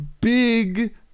big